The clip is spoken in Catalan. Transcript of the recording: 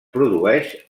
produeix